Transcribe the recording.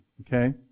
okay